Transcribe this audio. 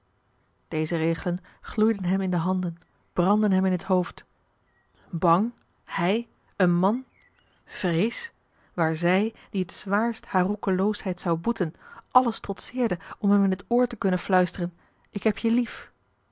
deze regelen gloeiden hem in de handen brandden hem in t hoofd bang hij een man vrees waar zij die het zwaarst haar roekeloosheid zou boeten alles trotseerde om hem in t oor te kunnen fluisteren ik heb je lief